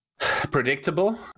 predictable